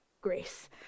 grace